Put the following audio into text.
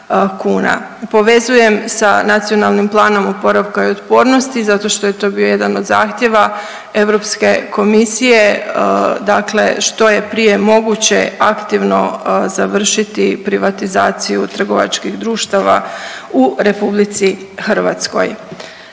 Povezujem da Nacionalnim planom oporavka i otpornosti zato što je to bio jedan od zahtjeva Europske komisije, dakle što je prije moguće aktivno završiti privatizaciju trgovačkih društava u Republici Hrvatskoj.